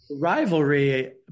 rivalry